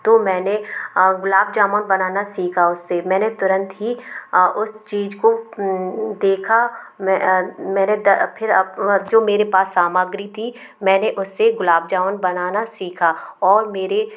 तो मैंने गुलाब जामुन बनाना सीखा उससे मैंने तुरंत ही उस चीज़ को देखा मैं मेरे द फिर आप जो मेरे पास सामाग्री थी मैंने उससे गुलाब जामुन बनाना सीखा और मेरे